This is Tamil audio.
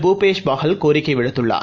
புபேஷ் பாஹல் கோரிக்கை விடுத்துள்ளார்